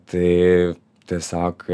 tai tiesiog